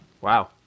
Wow